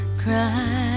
cry